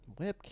Webcam